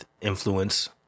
influence